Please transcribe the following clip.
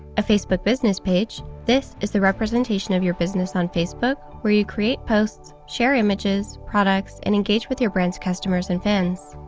a facebook business page this is the representation of your business on facebook, where you create posts, share images, products, and engage with your brand's customers and fans.